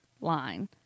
line